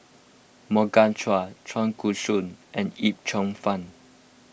Morgan Chua Chua Koon Siong and Yip Cheong Fun